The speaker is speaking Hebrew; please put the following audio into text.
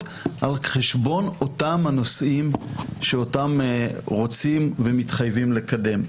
על חשבון אותם הנושאים שאותם רוצים ומתחייבים לקדם.